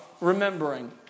remembering